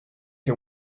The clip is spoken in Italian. che